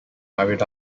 hurried